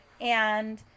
and-